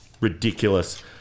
Ridiculous